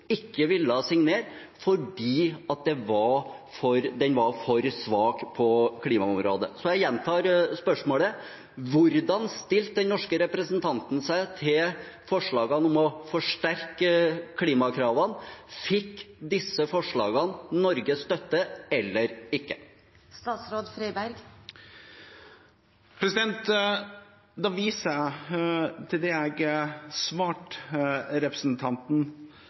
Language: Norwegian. ikke ville signere fordi den var for svak på klimaområdet. Så jeg gjentar spørsmålet: Hvordan stilte den norske representanten seg til forslagene om å forsterke klimakravene? Fikk disse forslagene Norges støtte eller ikke? Da viser jeg til det jeg svarte representanten: